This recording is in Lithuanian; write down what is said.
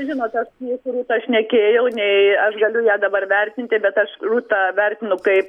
žinot aš nei su rūta šnekėjau nei aš galiu ją dabar vertinti bet aš rūtą vertinu kaip